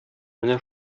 менә